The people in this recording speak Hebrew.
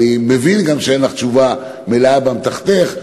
אני גם מבין שאין לך תשובה מלאה באמתחתך,